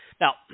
Now